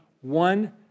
one